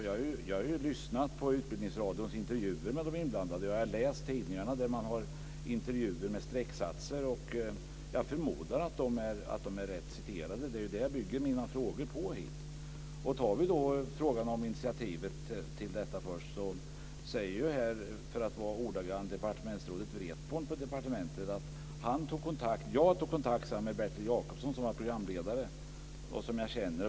Jag har lyssnat på Utbildningsradions intervjuer med de inblandade, och jag har läst tidningarna, där man har intervjuer med strecksatser. Jag förmodar att de intervjuade är rätt citerade. Det är ju det jag bygger mina frågor på. När det gäller frågan om initiativet säger departementsrådet Wretborn ordagrant: Jag tog kontakt med Bertil Jacobson som var programledare och som jag känner.